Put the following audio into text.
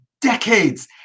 decades